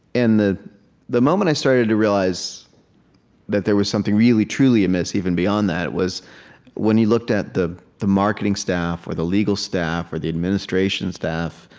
and the the moment i started to realize that there was something really truly amiss even beyond that was when you looked at the the marketing staff or the legal staff or the administration staff,